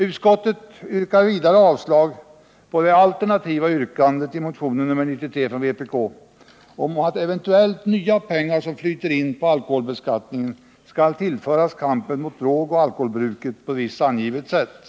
Utskottet yrkar vidare avslag på det alternativa yrkandet i motionen 93 från vpk om att eventuellt nya pengar som flyter in på alkoholbeskattningen skall tillföras kampen mot drogoch alkoholbruket på visst angivet sätt.